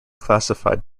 classified